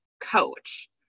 coach